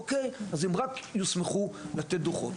אוקיי אז הם רק יוסמכו לתת דו"חות.